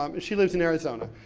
um she lives in arizona,